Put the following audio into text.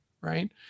Right